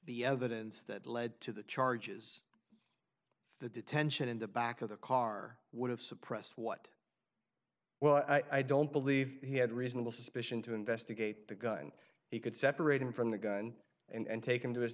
the evidence that led to the charges the detention in the back of the car would have suppressed what well i don't believe he had reasonable suspicion to investigate the gun he could separate him from the gun and take him to his